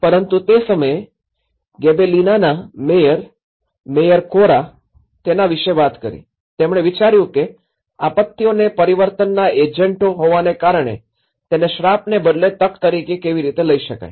પરંતુ તે સમયે ગિબેલિનાના મેયર મેયર કોરા તેના વિશે વાત કરી તેમણે વિચાર્યું કે આપત્તિઓને પરિવર્તનના એજન્ટો હોવાને કારણે તેને શ્રાપને બદલે તક તરીકે કેવી રીતે લઈ શકાય